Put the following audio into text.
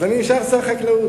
אז אני נשאר שר החקלאות.